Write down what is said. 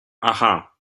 aha